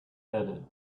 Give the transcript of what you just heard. added